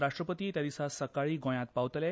राश्ट्रपती ते दिसा सकाळी गोयांत पावतले